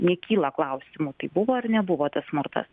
nekyla klausimų tai buvo ar nebuvo tas smurtas